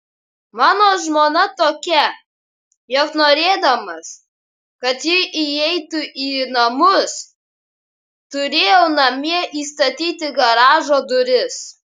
mano žmona tokia jog norėdamas kad ji įeitų į namus turėjau namie įstatyti garažo duris